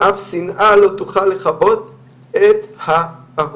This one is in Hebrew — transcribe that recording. אף שנאה לא תוכל לכבות את אהוביה.